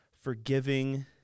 forgiving